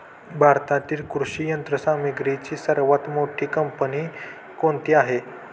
भारतातील कृषी यंत्रसामग्रीची सर्वात मोठी कंपनी कोणती आहे?